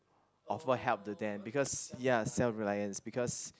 offer help to them because ya self reliance because